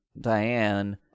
Diane